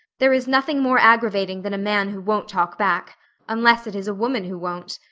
there is nothing more aggravating than a man who won't talk back unless it is a woman who won't.